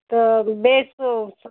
تہٕ بیٚیہ سُہ